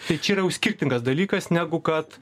tai čia jau yra skirtingas dalykas negu kad